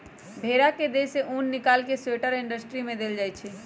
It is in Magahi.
भेड़ा के देह से उन् निकाल कऽ स्वेटर इंडस्ट्री में देल जाइ छइ